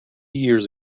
years